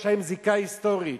יש להם זיקה היסטורית,